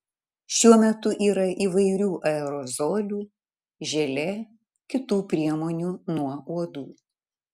šiuo metu yra įvairių aerozolių želė kitų priemonių nuo uodų